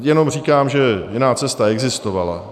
Jenom říkám, že jiná cesta existovala.